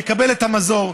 יקבל את המזור,